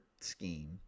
scheme